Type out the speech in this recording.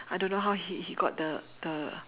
I don't know how he he got the the